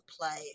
play